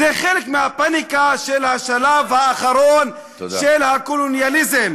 זה חלק מהפניקה של השלב האחרון של הקולוניאליזם.